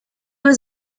was